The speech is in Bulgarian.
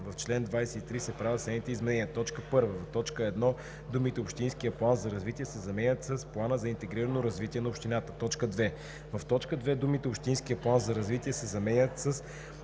В чл. 23 се правят следните изменения: 1. В т. 1 думите „общинския план за развитие“ се заменят с „плана за интегрирано развитие на общината“. 2. В т. 2 думите „общинския план за развитие“ се заменят с